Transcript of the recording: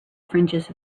fringes